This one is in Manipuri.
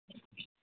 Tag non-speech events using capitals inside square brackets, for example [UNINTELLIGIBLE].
[UNINTELLIGIBLE]